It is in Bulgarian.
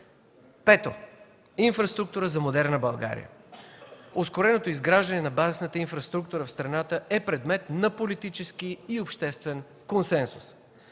Пето, инфраструктура за модерна България. Ускореното изграждане на базисната инфраструктура в страната е предмет на политически и обществен консенсус.